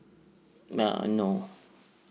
ya uh no